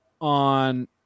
on